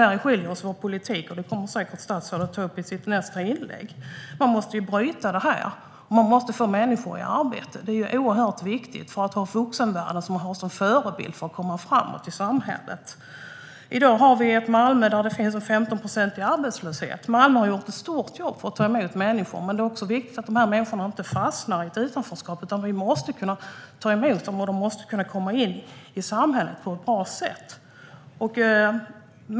Där skiljer sig vår politik. Det kommer säkert statsrådet att ta upp i sitt nästa inlägg. Man måste bryta utvecklingen och få människor i arbete. Det är oerhört viktigt med en förebild i vuxenvärlden för att man ska komma framåt i samhället. I dag är arbetslösheten 15 procent i Malmö. Malmö har lagt ned mycket jobb för att ta emot människor. Men det är också viktigt att dessa människor inte fastnar i ett utanförskap. Vi måste kunna ta emot dem och de måste kunna ta sig in i samhället på ett bra sätt.